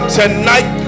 tonight